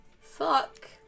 Fuck